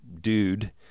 dude